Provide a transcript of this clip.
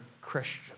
Christian